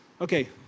okay